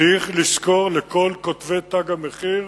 צריך לזכור, לכל כותבי "תג המחיר":